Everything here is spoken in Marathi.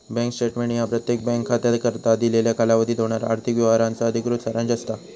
बँक स्टेटमेंट ह्या प्रत्येक बँक खात्याकरता दिलेल्या कालावधीत होणारा आर्थिक व्यवहारांचा अधिकृत सारांश असता